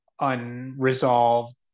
unresolved